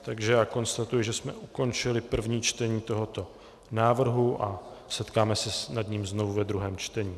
Takže konstatuji, že jsme ukončili první čtení tohoto návrhu a setkáme se nad ním znovu ve druhém čtení.